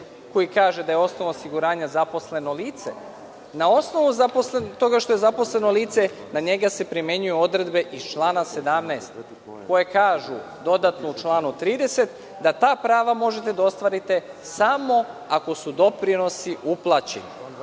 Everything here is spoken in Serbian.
koji kaže – da je osnov osiguranja zaposleno lice, na osnovu toga što je zaposleno lice na njega se primenjuju odredbe iz člana 17. koje kažu – dodatno u članu 30. da ta prava možete da ostvarite samo ako su doprinosi uplaćeni,